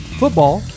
football